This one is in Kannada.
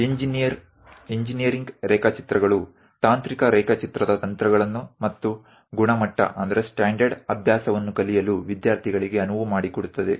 ಇಂಜಿನೀರಿಂಗ್ ರೇಖಾಚಿತ್ರಗಳು ತಾಂತ್ರಿಕ ರೇಖಾಚಿತ್ರದ ತಂತ್ರಗಳನ್ನು ಮತ್ತು ಗುಣಮಟ್ಟ ಅಭ್ಯಾಸವನ್ನು ಕಲಿಯಲು ವಿದ್ಯಾರ್ಥಿಗಳಿಗೆ ಅನುವು ಮಾಡಿಕೊಡುತ್ತದೆ